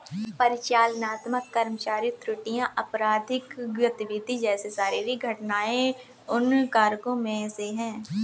परिचालनात्मक कर्मचारी त्रुटियां, आपराधिक गतिविधि जैसे शारीरिक घटनाएं उन कारकों में से है